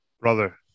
brother